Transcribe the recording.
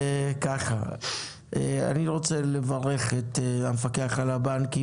אני רוצה לברך את המפקח על הבנקים,